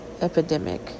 Epidemic